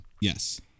Yes